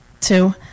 two